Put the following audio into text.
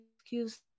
excuse